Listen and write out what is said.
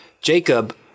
Jacob